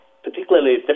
particularly